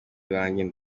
banjye